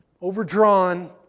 overdrawn